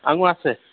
আঙুৰ আছে